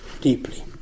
deeply